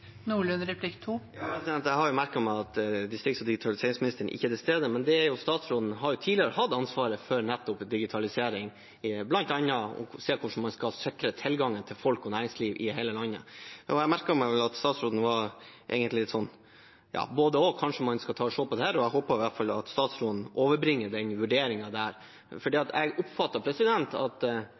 Jeg har merket meg at distrikts- og digitaliseringsministeren ikke er til stede. Men statsråd Astrup har tidligere hatt ansvaret for nettopp digitalisering og bl.a. for å se på hvordan man kan sikre tilgang for folk og næringsliv i hele landet. Jeg merket meg at statsråden var litt både–og her – kanskje man skal se på dette. Jeg håper iallfall at statsråden overbringer den vurderingen, for jeg oppfatter at